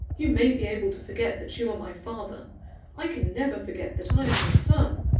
you may be able to forget that you are my father i can never forget that i am your son.